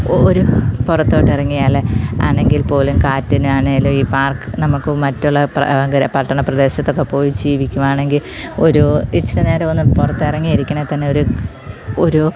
ഒരു പുറത്തോട്ടിറങ്ങിയാൽ ആണെങ്കിൽ പോലും കാറ്റിനാണെങ്കിലും ഈ പാർക്ക് നമുക്കും മറ്റുള്ള പട്ടണ പ്രദേശത്തൊക്കെ പോയി ജീവിക്കുകയാണെങ്കിൽ ഒരു ഇച്ചിരി നേരമൊന്ന് പുറത്തിറങ്ങി ഇരിക്കണേത്തന്നെ ഒരു ഒരൂ